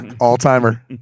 All-timer